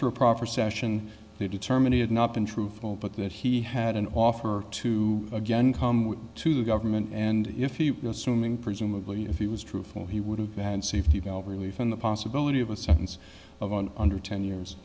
through a proper session to determine he had not been truthful but that he had an offer to again come to the government and if you go swimming presumably if he was truthful he would have had safety valve relief and the possibility of a sentence of one hundred ten years